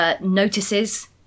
notices